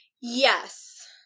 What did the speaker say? Yes